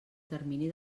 termini